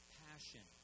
passion